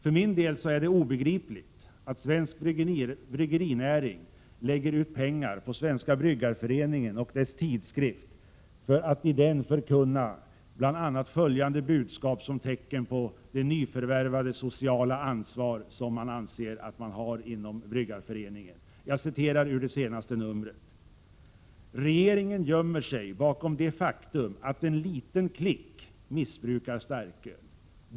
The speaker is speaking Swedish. För mig är det obegripligt att svensk bryggerinäring lägger ut pengar på Svenska bryggareföreningen och dess tidskrift för att förkunna bl.a. följande budskap som tecken på det nyförvärvade sociala ansvar som man anser att man har inom bryggareföreningen. Jag citerar ur det senaste numret: ”Regeringen gömmer sig bakom det faktum att en liten klick missbrukar starköl.